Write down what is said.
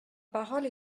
parole